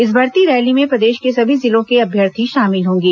इस भर्ती रैली में प्रदेश के सभी जिलों के अभ्यर्थी शामिल होंगे